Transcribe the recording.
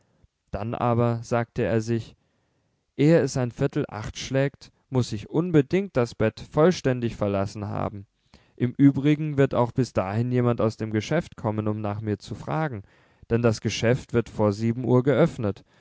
dann aber sagte er sich ehe es ein viertel acht schlägt muß ich unbedingt das bett vollständig verlassen haben im übrigen wird auch bis dahin jemand aus dem geschäft kommen um nach mir zu fragen denn das geschäft wird vor sieben uhr geöffnet